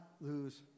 lose